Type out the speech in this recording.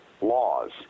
laws